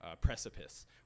precipice